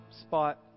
spot